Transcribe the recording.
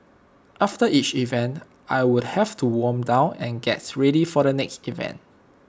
after each event I would have to warm down and gets ready for the next event